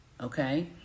Okay